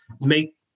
make